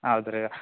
ಹೌದ್ ರೀ